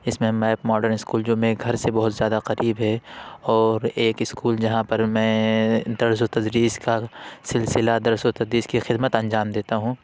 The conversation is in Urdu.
اس میں میپ ماڈرن اسکول جو میرے گھر سے بہت زیادہ قریب ہے اور ایک اسکول جہاں پر میں درس و تدریس کا سلسلہ درس و تدریس کی خدمت انجام دیتا ہوں